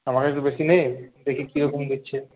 আমার কাছে তো বেশি নেই দেখি কি রকম দিচ্ছে